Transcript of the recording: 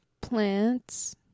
plants